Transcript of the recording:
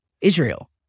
Israel